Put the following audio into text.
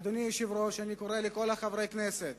אדוני היושב-ראש, אני קורא לכל חברי הכנסת